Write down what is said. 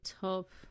top